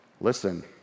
Listen